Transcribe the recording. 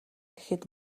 гэхэд